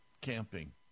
camping